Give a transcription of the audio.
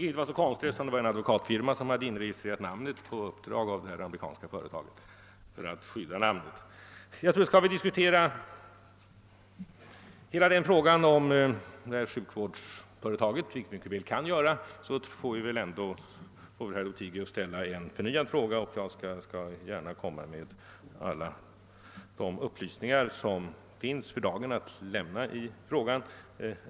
Det var inte så konstigt, eftersom en advokatfirma hade inregistrerat namnet — för att skydda det — på uppdrag av det amerikanska företaget. Men om vi skall diskutera hela frågan om sjukvårdsföretaget, vilket vi mycket väl kan göra, får väl ändå herr Lothigius ställa en ny fråga. Jag skall då gärna lämna alla upplysningar som finns tillgängliga för da gen.